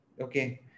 Okay